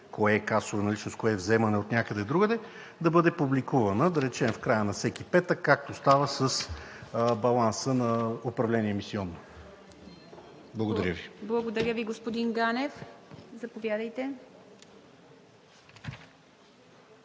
кое е касова наличност, кое е вземане отнякъде другаде, да бъде публикувана, да речем, в края на всеки петък, както става с баланса на управление „Емисионно“? Благодаря Ви. ПРЕДСЕДАТЕЛ ИВА МИТЕВА: Благодаря Ви, господин Ганев. Заповядайте.